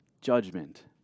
judgment